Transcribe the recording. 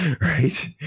right